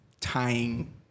tying